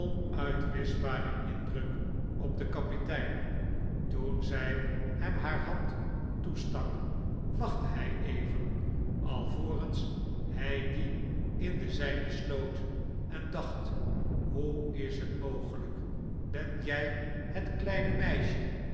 onuitwischbaren indruk op den kapitein toen zij hem haar hand toestak wachtte hij even alvorens hij die in de zijne sloot en dacht hoe is het mogelijk ben jij het kleine meisje